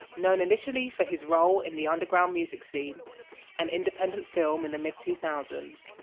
known initially for his role in the underground music scene and independent film in the mid two thousand s,